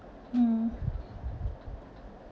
hmm